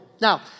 Now